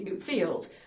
field